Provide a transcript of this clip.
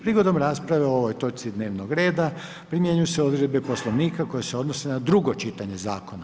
Prigodom rasprave o ovoj točci dnevnog reda primjenjuju se odredbe Poslovnika koje se odnose na drugo čitanje zakona.